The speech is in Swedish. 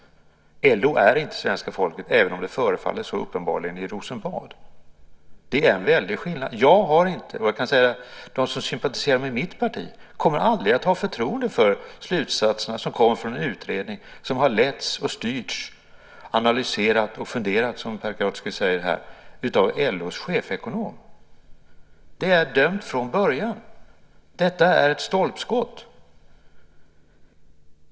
LO är inte svenska folket, även om det uppenbarligen förefaller så i Rosenbad. Det är en väldig skillnad. Jag har inte, och jag kan säga att de som sympatiserar med mitt parti aldrig kommer att ha, förtroende för slutsatser som kommer från en utredning som har letts och styrts - analyserat och funderat, som Pagrotsky säger här - av LO:s chefsekonom. Det är dömt från början. Detta är ett stolpskott.